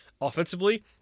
offensively